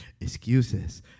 Excuses